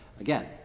Again